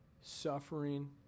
suffering